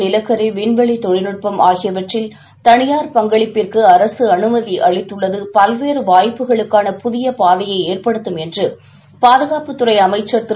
நிலக்கரி விண்வெளி தொழில்நுட்பம் ஆகியவற்றில் தனியார் பங்களிப்பிற்கு அரசு அனுமதி அளித்துள்ளது பல்வேறு வாய்ப்புகளுக்கான புதிய பாதையை ஏற்படுத்தும் என்று பாதுகாப்புத்துறை அமைச்சர் திரு